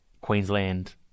Queensland